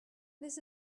this